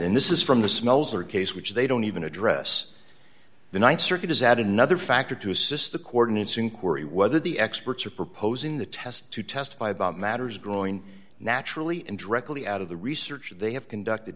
in this is from the smells their case which they don't even address the th circuit is add another factor to assist the co ordinates inquiry whether the experts are proposing the test to testify about matters growing naturally and directly out of the research that they have conducted